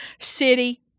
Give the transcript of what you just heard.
city